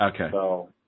Okay